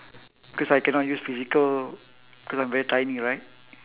cause I cannot use physical cause I'm very tiny right